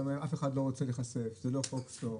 אף אחד לא רוצה להיחשף זה לא חוק טוב,